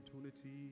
opportunity